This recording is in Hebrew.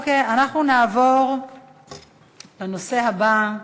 אוקיי, אנחנו נעבור לנושא הבא.